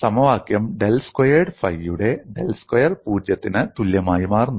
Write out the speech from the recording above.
സമവാക്യം del squared ഫൈയുടെ del square 0 ത്തിന് തുല്യമായി മാറുന്നു